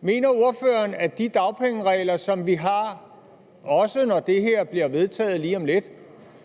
Mener ordføreren, at de dagpengeregler, som vi har, også når det her bliver vedtaget lige om lidt,